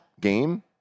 game